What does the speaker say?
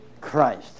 Christ